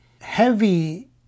heavy